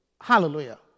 Hallelujah